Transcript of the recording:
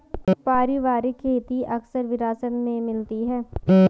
पारिवारिक खेती अक्सर विरासत में मिलती है